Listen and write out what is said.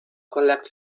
collect